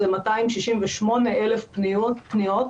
268,000 פניות.